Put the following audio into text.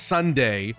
Sunday